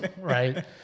Right